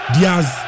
Diaz